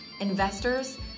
investors